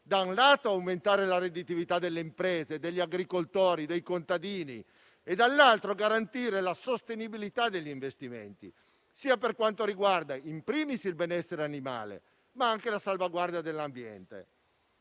da un lato, ad aumentare la redditività delle imprese, degli agricoltori, dei contadini e, dall'altro, a garantire la sostenibilità degli investimenti sia per quanto riguarda *in primis* il benessere animale, sia anche per la salvaguardia dell'ambiente.